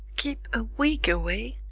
keep a week away?